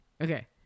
okay